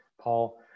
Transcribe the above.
Paul